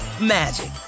magic